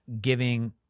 giving